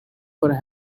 for